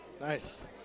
nice